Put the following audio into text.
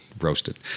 roasted